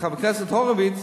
חבר הכנסת הורוביץ,